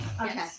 Okay